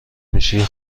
میشی